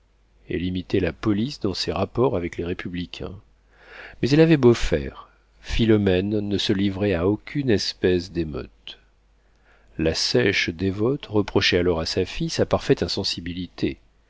elle imitait la police dans ses rapports avec les républicains mais elle avait beau faire philomène ne se livrait à aucune espèce d'émeute la sèche dévote reprochait alors à sa fille sa parfaite insensibilité